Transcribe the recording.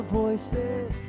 voices